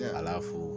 alafu